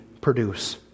produce